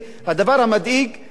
הדבר המדאיג הוא